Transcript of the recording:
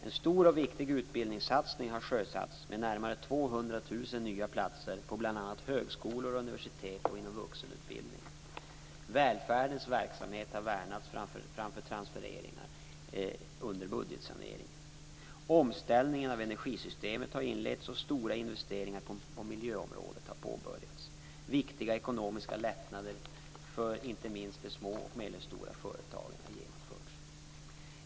En stor och viktig utbildningssatsning har sjösatts med närmare 200 000 nya platser på bl.a. högskolor, universitet och inom vuxenutbildningen. Välfärdens verksamheter har värnats framför transfereringar under budgetsaneringen. Omställningen av energisystemet har inletts, och stora investeringar på miljöområdet har påbörjats. Viktiga ekonomiska lättnader för inte minst de små och medelstora företagen har genomförts.